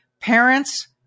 parents